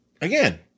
again